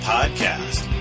Podcast